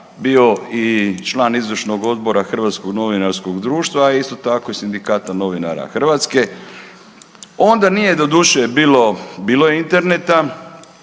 bio i član Izvršnog odbora Hrvatskog novinarskog društva i isto tako, Sindikata novinara Hrvatske. Onda nije, doduše bilo, bilo je interneta,